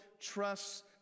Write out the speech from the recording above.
trusts